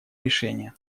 решения